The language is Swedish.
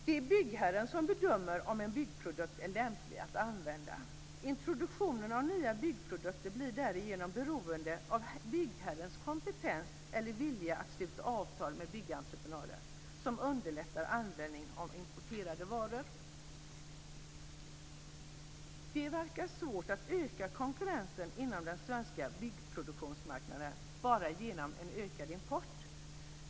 Det är byggherren som bedömer om en byggprodukt är lämplig att använda. Introduktionen av nya byggprodukter blir därigenom beroende av byggherrens kompetens eller vilja att sluta avtal med byggentreprenörer som underlättar användningen av importerade varor. Det verkar vara svårt att öka konkurrensen inom den svenska byggproduktmarknaden bara genom ökad import.